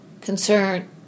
concern